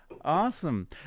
Awesome